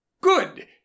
Good